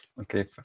okay